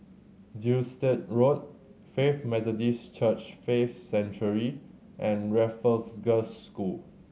Gilstead Road Faith Methodist Church Faith Sanctuary and Raffles Girls' School